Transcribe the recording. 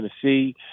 Tennessee